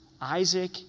Isaac